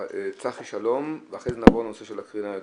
צחי שלום ואחרי זה נעבור לנושא של הקרינה,